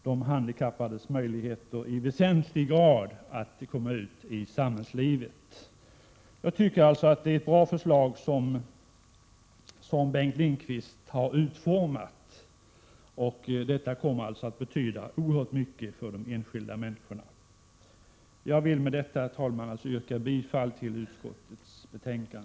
De handikappades möjligheter att komma ut i samhällslivet förbättras väsentligt. Jag tycker som sagt att det är ett bra förslag som Bengt Lindqvist har utformat, och reformen kommer att betyda oerhört mycket för de enskilda människorna. Med detta, herr talman, vill yrka bifall till utskottets hemställan.